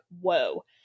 whoa